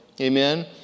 Amen